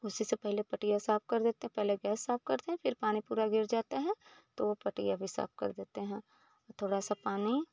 उसी से पहले पट्टियाँ साफ़ कर देते हैं पहले गैस साफ़ करते हैं फिर पानी पूरा गिर जाता है तो पट्टियाँ भी साफ़ कर देते हैं थोड़ा सा पानी